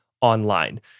online